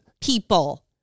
people